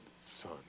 son